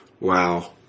Wow